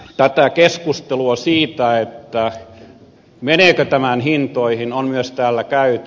tätä keskustelua siitä meneekö tämä hintoihin on myös täällä käyty